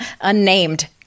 unnamed